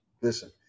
Listen